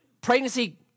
pregnancy